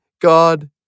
God